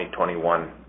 2021